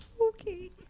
Okay